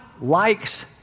likes